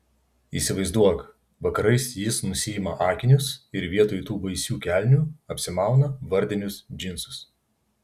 įsivaizduok vakarais jis nusiima akinius ir vietoj tų baisių kelnių apsimauna vardinius džinsus